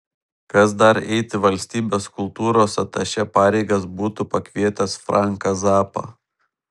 kas dar eiti valstybės kultūros atašė pareigas būtų pakvietęs franką zappą